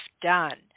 done